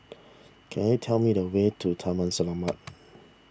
can you tell me the way to Taman Selamat